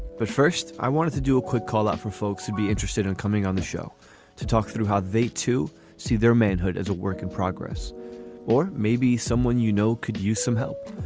but first, i wanted to do a quick call out for folks would be interested in coming on the show to talk through how they to see their manhood as a work in progress or maybe someone, you know could use some help.